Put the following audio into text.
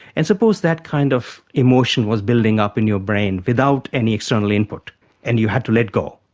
and suppose that kind of emotion was building up in your brain without any external input and you had to let go.